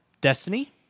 destiny